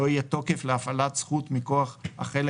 לא יהיה תוקף להפעלת זכות מכוח החלק